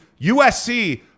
usc